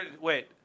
Wait